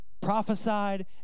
prophesied